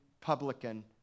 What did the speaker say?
publican